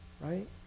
Right